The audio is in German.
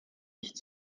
nicht